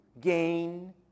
gain